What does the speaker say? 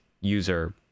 user